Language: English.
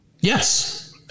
Yes